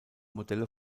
modelle